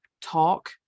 talk